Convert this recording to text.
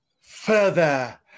further